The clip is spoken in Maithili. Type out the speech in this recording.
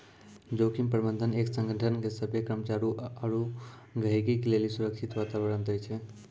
जोखिम प्रबंधन एक संगठन के सभ्भे कर्मचारी आरू गहीगी के लेली सुरक्षित वातावरण दै छै